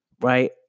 Right